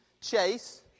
chase